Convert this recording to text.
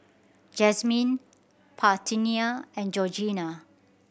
Jazmine Parthenia and Georgina